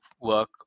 work